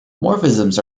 morphisms